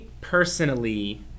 personally